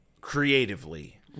creatively